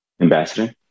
Ambassador